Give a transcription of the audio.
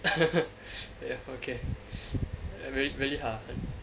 ya uh okay really really hard ah